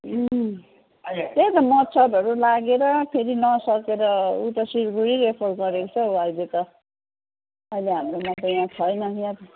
त्यही त मच्छडहरू लागेर फेरि नसकेर उता सिलगढी रेफर गरेको छ हो अहिले त अहिले हाम्रोमा त यहाँ छैन यहाँ त